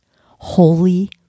Holy